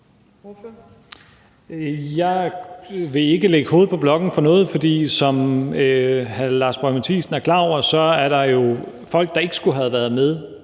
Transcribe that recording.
Jeg vil ikke lægge hovedet på blokken for noget, for som hr. Lars Boje Mathiesen er klar over, er der jo folk, som ikke skulle have været med